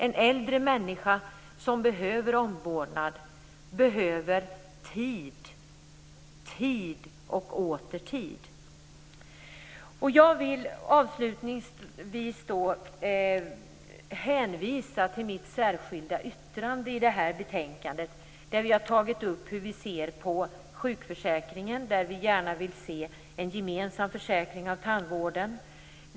En äldre människa som behöver omvårdnad måste få tid, tid och åter tid. Jag vill avslutningsvis hänvisa till mitt särskilda yttrande vid detta betänkande, där jag har tagit upp hur vi ser på sjukförsäkringen. Vi vill i denna gärna se en gemensam försäkring för tandvården.